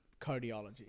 cardiology